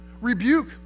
Rebuke